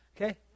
Okay